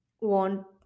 want